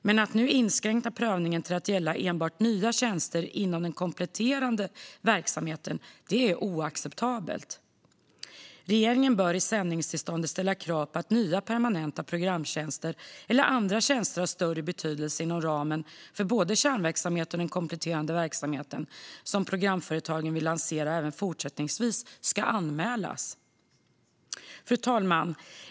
Men att nu inskränka prövningen till att gälla enbart nya tjänster inom den kompletterande verksamheten är oacceptabelt. Regeringen bör i sändningstillståndet ställa krav på att nya permanenta programtjänster eller andra tjänster av större betydelse inom ramen för både kärnverksamheten och den kompletterande verksamhet som programföretagen vill lansera även fortsättningsvis ska anmälas. Fru talman!